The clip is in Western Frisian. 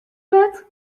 let